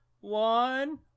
one